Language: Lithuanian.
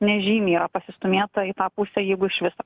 nežymiai yra pasistūmėta į tą pusę jeigu iš viso